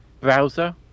Browser